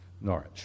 Norwich